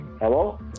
Hello